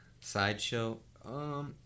Sideshow